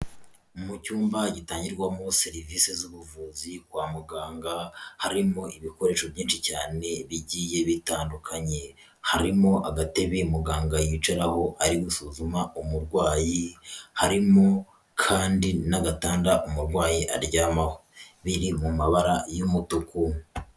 Mu cyumba gitangirwamo serivisi z'ubuvuzi kwa muganga, harimo ibikoresho byinshi cyane bigiye bitandukanye, harimo agatebe muganga yicaraho ari gusuzuma umurwayi, harimo kandi n'agatanda umurwayi aryamaho biri mu mabara y'umutuku.